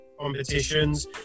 competitions